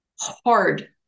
hard